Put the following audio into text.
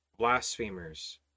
blasphemers